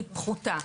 היא פחותה.